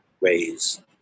ways